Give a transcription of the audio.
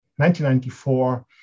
1994